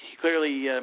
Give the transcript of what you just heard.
clearly